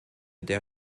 der